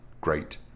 great